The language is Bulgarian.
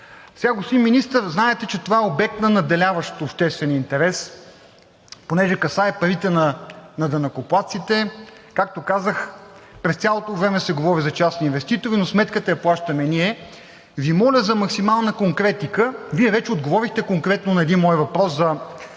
Господин Министър, знаете, че това е обект на надделяващ обществен интерес, понеже касае парите на данъкоплатците, както казах, през цялото време се говори за частни инвеститори, но сметката я плащаме ние, и Ви моля за максимална конкретика. Вие вече отговорихте конкретно на един мой въпрос за